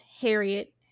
Harriet